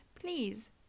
please